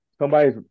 somebody's